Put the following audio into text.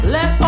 Let